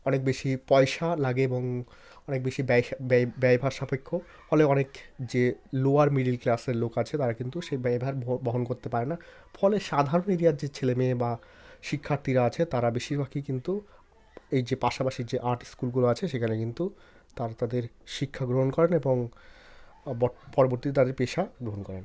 অনেক বেশি পয়সা লাগে এবং অনেক বেশি ব্যয় সা ব্যয় ব্যয়ভার সাপেক্ষ ফলে অনেক যে লোয়ার মিডিল ক্লাসের লোক আছে তারা কিন্তু সেই ব্যয়ভার বহন করতে পারে না ফলে সাধারণ এরিয়ার যে ছেলে মেয়ে বা শিক্ষার্থীরা আছেন তারা বেশিরভাগই কিন্তু এই যে পাশাপাশি যে আর্ট স্কুলগুলো আছে সেখানে কিন্তু তারা তাদের শিক্ষা গ্রহণ করেন এবং বর পরবর্তী তাদের পেশা গ্রহণ করেন